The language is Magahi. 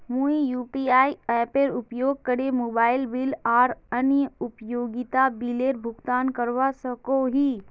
मुई यू.पी.आई एपेर उपयोग करे मोबाइल बिल आर अन्य उपयोगिता बिलेर भुगतान करवा सको ही